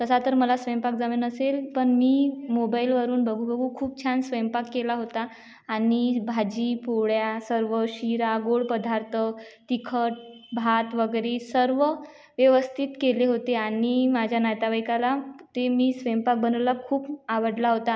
तसा तर मला स्वयंपाक जमं नसेल पण मी मोबाईलवरून बघून बघून खूप छान स्वयंपाक केला होता आणि भाजी पोळ्या सर्व शिरा गोड पदार्थ तिखट भात वगैरे सर्व व्यवस्थित केले होते आणि माझ्या नातेवाईकाला ते मी स्वयंपाक बनवलेला खूप आवडला होता